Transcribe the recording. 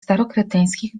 starokreteńskich